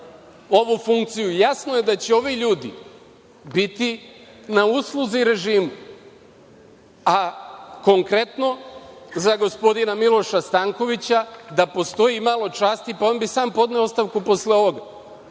ovu funkciju? Jasno je da će ovi ljudi biti na usluzi režimu, a konkretno za gospodina Miloša Stankovića da postoji i malo časti, pa on bi sam podneo ostavku posle ovoga.